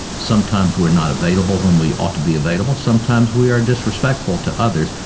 sometimes we are not available when we ought to be available, sometimes we are disrespectful to others.